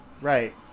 right